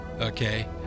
Okay